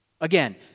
Again